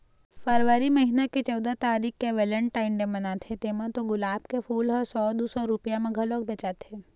फरवरी महिना के चउदा तारीख के वेलेनटाइन डे मनाथे तेमा तो गुलाब के फूल ह सौ दू सौ रूपिया म घलोक बेचाथे